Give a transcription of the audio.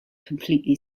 completely